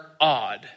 odd